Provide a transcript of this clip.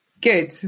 Good